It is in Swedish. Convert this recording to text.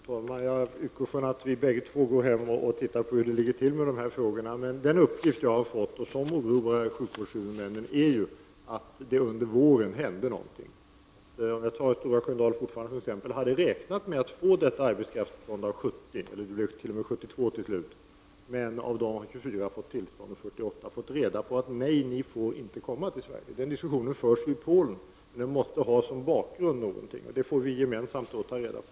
Fru talman! Jag utgår ifrån att vi båda efter denna debatt ser efter hur det ligger till med dessa frågor. Enligt den uppgift som jag fått oroas sjukvårdshuvudmännen av att det under våren hände någonting. Jag fortsätter att anföra Stora Sköndal som exempel. Där hade man räknat med att få ett arbetskraftstillskott på 72 personer, men av dessa har 24 fått tillstånd och 48 har fått reda på att de inte får komma till Sverige. Den diskussionen förs i Polen och den måste utgå från någonting. Vad det är, får vi gemensamt ta reda på.